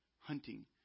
hunting